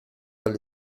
alle